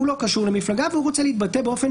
לא קשור למפלגה והוא רוצה להתבטא באופן